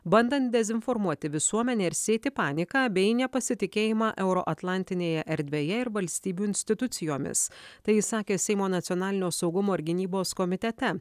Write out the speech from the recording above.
bandant dezinformuoti visuomenę ir sėti paniką bei nepasitikėjimą euroatlantinėje erdvėje ir valstybių institucijomis tai jis sakė seimo nacionalinio saugumo ir gynybos komitete